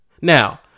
Now